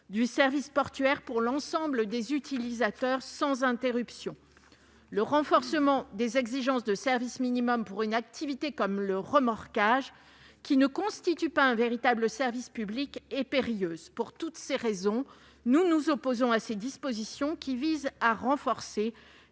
du service portuaire pour l'ensemble des utilisateurs sans interruption. Le renforcement des exigences de service minimum pour une activité comme le remorquage, qui ne constitue pas un véritable service public, est périlleux. Pour toutes ces raisons, nous nous opposons à ces dispositions qui visent à renforcer